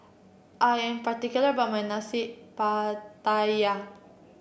I am particular about my Nasi Pattaya